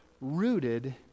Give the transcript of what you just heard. Rooted